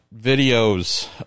videos